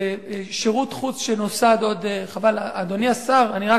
זה שירות חוץ שנוסד עוד, חבל, אדוני השר, אני רק,